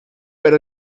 per